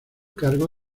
cargo